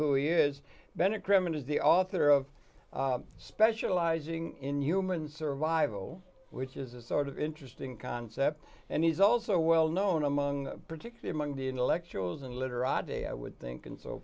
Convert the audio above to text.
who is bennet criminals the author of specializing in human survival which is a sort of interesting concept and he's also well known among particular among the intellectuals and literati i would think and so